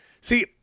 See